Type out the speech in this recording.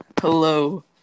Hello